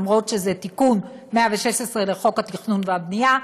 למרות שזה תיקון 116 לחוק התכנון והבנייה.